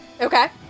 Okay